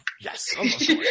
yes